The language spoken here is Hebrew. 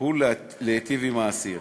היא להיטיב עם האסיר.